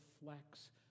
reflects